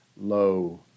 low